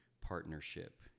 partnership